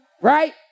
right